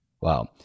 Wow